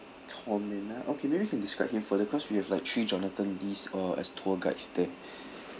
tall man ah okay maybe you can describe him further cause we have like three jonathan lee's uh as tour guides there